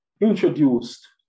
introduced